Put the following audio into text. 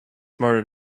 smarter